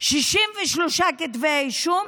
63 כתבי אישום,